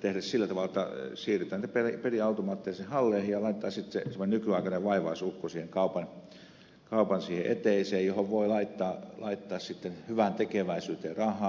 tehdä sillä tavalla että siirretään niitä peliautomaatteja sinne halleihin ja laitetaan semmoinen nykyaikainen vaivaisukko siihen kaupan eteiseen johon voi laittaa sitten hyväntekeväisyyteen rahaa